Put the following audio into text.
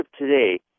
today